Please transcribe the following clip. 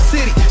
City